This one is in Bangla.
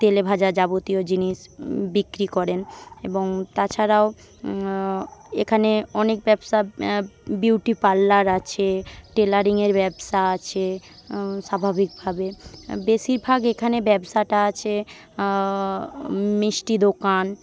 তেলেভাজা যাবতীয় জিনিস বিক্রি করেন এবং তাছাড়াও এখানে অনেক ব্যবসা বিউটি পার্লার আছে টেলারিংয়ের ব্যবসা আছে স্বাভাবিকভাবে বেশীরভাগ এখানে ব্যবসাটা আছে মিষ্টি দোকান